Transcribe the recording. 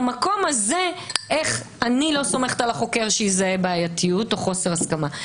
במקום הזה אני לא סומכת על החוקר שיזהה בעייתיות או חוסר הסכמה,